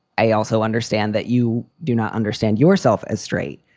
i also understand that you do not understand yourself as straight.